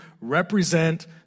represent